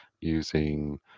using